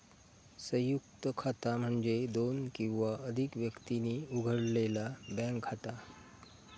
संयुक्त खाता म्हणजे दोन किंवा अधिक व्यक्तींनी उघडलेला बँक खाता